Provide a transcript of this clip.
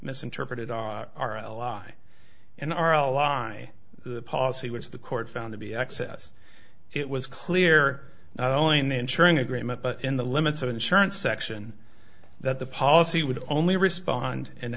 misinterpreted our ally and our ally the policy which the court found to be excess it was clear not only in the ensuring agreement but in the limits of insurance section that the policy would only respond